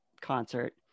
concert